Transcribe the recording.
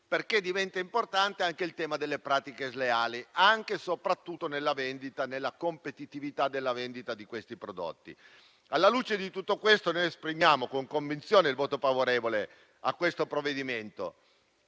perché diventa importante anche il tema delle pratiche sleali, soprattutto nella vendita e nella competitività di questi prodotti. Alla luce di tutto questo, esprimiamo con convinzione il voto favorevole al provvedimento